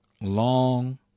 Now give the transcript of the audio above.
long